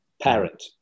parent